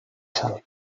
sal